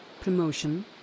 promotion